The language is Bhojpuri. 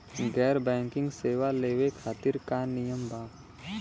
गैर बैंकिंग सेवा लेवे खातिर का नियम बा?